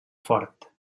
ford